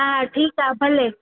हा ठीकु आहे भले